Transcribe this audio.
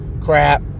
Crap